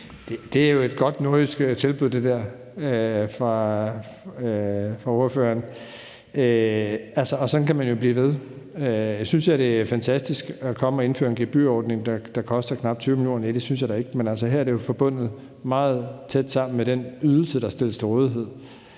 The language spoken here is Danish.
Det er jo et godt nordjysk tilbud fra ordføreren, det der. Og sådan kan man jo blive ved. Synes jeg, at det er fantastisk at komme og indføre en gebyrordning, der koster knap 20 mio. kr.? Næh, det synes jeg da ikke. Men her er det jo altså forbundet meget tæt med den ydelse, der stilles til rådighed,